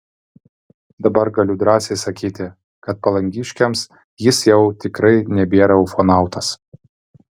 dabar galiu drąsiai sakyti kad palangiškiams jis jau tikrai nebėra ufonautas